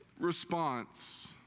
response